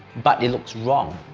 but it looks wrong.